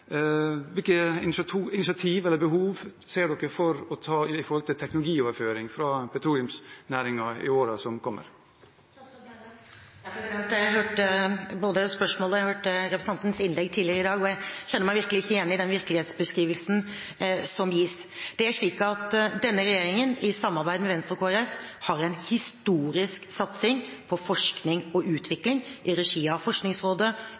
Hvilke initiativ eller behov ser dere når det gjelder teknologioverføring fra petroleumsnæringen i årene som kommer? Jeg hørte både spørsmålet og representantens innlegg tidligere i dag, og jeg kjenner meg ikke igjen i den virkelighetsbeskrivelsen som gis. Det er slik at denne regjeringen i samarbeid med Venstre og Kristelig Folkeparti har en historisk satsing på forskning og utvikling i regi av Forskningsrådet,